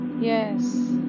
Yes